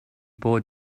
bored